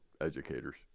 educators